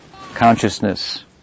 consciousness